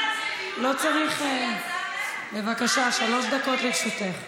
לא צריך, בבקשה, שלוש דקות לרשותך.